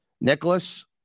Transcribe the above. Nicholas